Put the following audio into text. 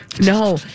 No